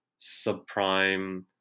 subprime